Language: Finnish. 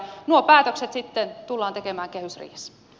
nuo päätökset sitten tullaan tekemään keisarits